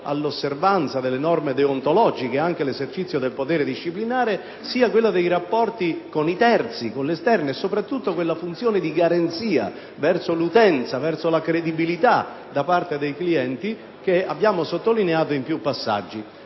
all'osservanza delle norme deontologiche ed anche l'esercizio del potere disciplinare, sia i rapporti con i terzi, con l'esterno, sia, soprattutto, quella funzione di garanzia verso l'utenza, di tutela della credibilità nei confronti dei clienti, che abbiamo sottolineato in più passaggi.